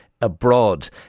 abroad